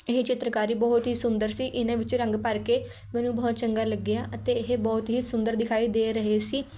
ਇਹ ਚਿੱਤਰਕਾਰੀ ਬਹੁਤ ਹੀ ਸੁੰਦਰ ਸੀ ਇਹਨਾਂ ਵਿੱਚ ਰੰਗ ਭਰ ਕੇ ਮੈਨੂੰ ਬਹੁਤ ਚੰਗਾ ਲੱਗਿਆ ਅਤੇ ਇਹ ਬਹੁਤ ਹੀ ਸੁੰਦਰ ਦਿਖਾਈ ਦੇ ਰਹੇ ਸੀ